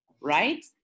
right